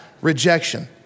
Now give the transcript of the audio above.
rejection